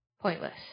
pointless